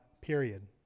period